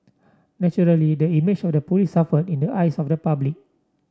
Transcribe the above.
naturally the image of the police suffered in the eyes of the public